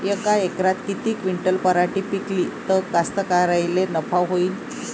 यका एकरात किती क्विंटल पराटी पिकली त कास्तकाराइले नफा होईन?